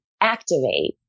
activate